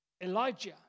Elijah